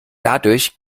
dadurch